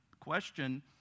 question